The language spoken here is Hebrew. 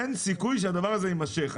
אין סיכוי שהדבר הזה יימשך.